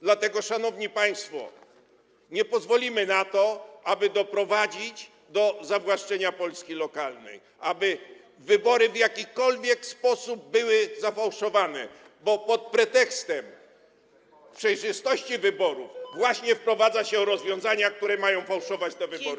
Dlatego, szanowni państwo, nie pozwolimy na to, aby doprowadzić do zawłaszczenia Polski lokalnej, aby wybory w jakikolwiek sposób były sfałszowane, bo pod pretekstem przejrzystości wyborów właśnie wprowadza się rozwiązania, które mają fałszować te wybory.